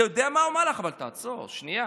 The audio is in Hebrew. אתה יודע מה המהלך, אבל תעצור שנייה.